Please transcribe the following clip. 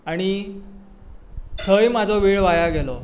आनी थंय म्हजो वेळ वाया गेलो